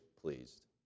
pleased